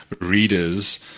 readers